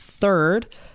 Third